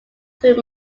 through